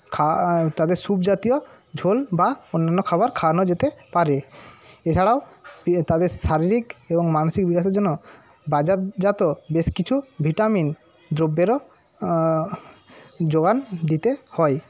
খা তাদের স্যুপ জাতীয় ঝোল বা অন্যান্য খাবার খাওয়ানো যেতে পারে এছাড়াও ইয়ে তাদের শারীরিক এবং মানসিক বিকাশের জন্য বাজারজাত বেশ কিছু ভিটামিন দ্রব্যেরও জোগান দিতে হয়